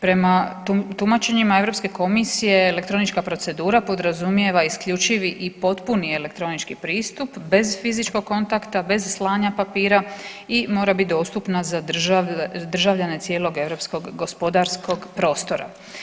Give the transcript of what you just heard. Prema tumačenjima Europske komisije elektronička procedura podrazumijeva isključivi i potpuni elektronički pristup, bez fizičkog kontakta, bez slanja papira i mora bit dostupna za državljane cijelog europskog gospodarskog prostora.